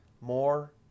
more